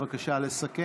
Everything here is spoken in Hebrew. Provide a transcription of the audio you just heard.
בבקשה לסכם.